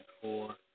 four